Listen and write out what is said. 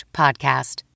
podcast